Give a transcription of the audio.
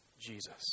Jesus